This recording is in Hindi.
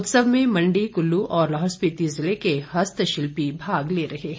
उत्सव में मंडी कुल्लू और लाहौल स्पीति जिले के हस्तशिल्पी भाग ले रहे हैं